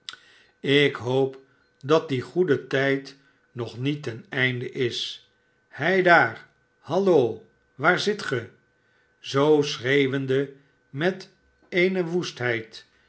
ik hoop dat die goede tijd nog niet ten einde is heidaar hallo i waar zit ge zoo schreeuwende met eene